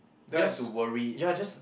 just ya just